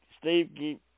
Steve